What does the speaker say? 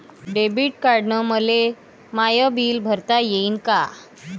Debit कार्डानं मले माय बिल भरता येईन का?